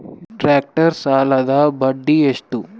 Tractor ಸಾಲದ್ದ ಬಡ್ಡಿ ಎಷ್ಟ?